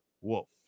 Wolf